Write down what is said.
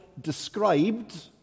described